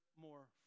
more